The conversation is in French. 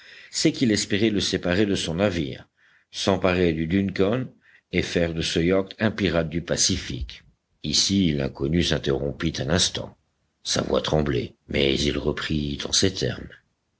c'est qu'il espérait le séparer de son navire s'emparer du duncan et faire de ce yacht un pirate du pacifique ici l'inconnu s'interrompit un instant sa voix tremblait mais il reprit en ces termes